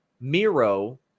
Miro